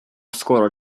skoro